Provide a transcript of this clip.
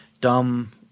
dumb